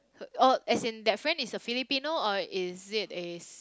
oh as in that friend is the Filipino or is it is